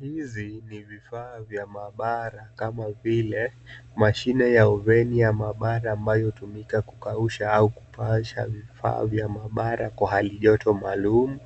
Hizi ni vifaa vya maabara kama vile mashine ya oveni ya maabara inayotumika kukausha au kupaasha vifaa vya maabara kwa halijoto maalum,